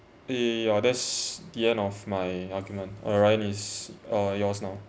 yeah yeah that's the end of my argument ryan it's uh yours now